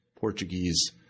Portuguese